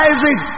Isaac